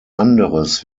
anderes